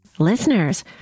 Listeners